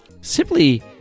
Simply